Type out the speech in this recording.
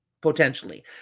potentially